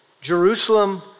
Jerusalem